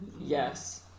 yes